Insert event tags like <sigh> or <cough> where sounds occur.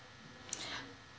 <breath>